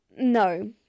No